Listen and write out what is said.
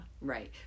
Right